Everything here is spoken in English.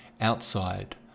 outside